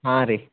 ಹಾಂ ರೀ